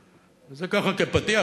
זה, ככה, כפתיח.